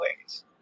ways